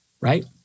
right